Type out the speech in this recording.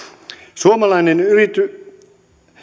suomalainen